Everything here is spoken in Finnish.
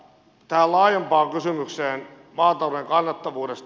tähän laajempaan kysymykseen maatalouden kannattavuudesta